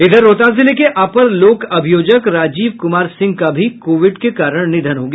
इधर रोहतास जिले के अपर लोक अभियोजक राजीव कुमार सिंह का भी कोविड के कारण निधन हो गया